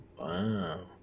Wow